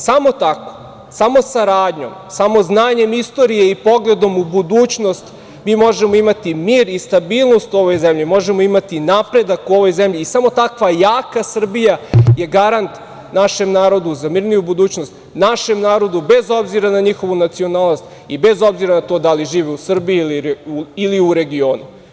Samo tako, samo saradnjom, samo znanjem istorije i pogledom u budućnost mi možemo imati mir i stabilnost u ovoj zemlji, možemo imati napredak u ovoj zemlji i samo takva jaka Srbija je garant našem narodu za mirniju budućnost, našem narodu bez obzira na njihovu nacionalnost i bez obzira na to da li žive u Srbiji ili u regionu.